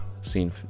seen